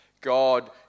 God